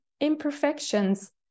imperfections